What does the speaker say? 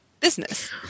business